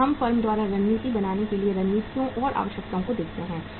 अब हम फर्म द्वारा रणनीति बनाने के लिए रणनीतियों और आवश्यकताओं को देखते हैं